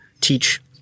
teach